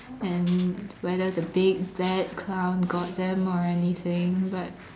and whether the big bad clown got them or anything but